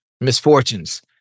misfortunes